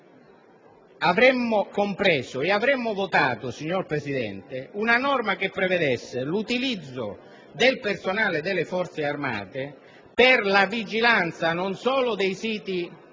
avremmo compreso e avremmo votato una norma che prevedesse l'utilizzo del personale delle Forze armate per la vigilanza non solo dei siti